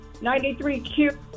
93Q